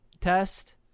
test